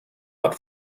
not